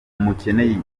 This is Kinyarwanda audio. umukene